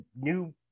new